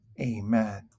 Amen